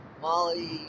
Molly